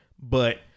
but-